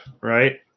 right